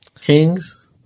Kings